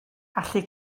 allu